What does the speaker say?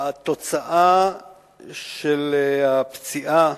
התוצאה של הפציעה